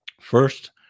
First